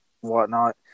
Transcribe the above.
whatnot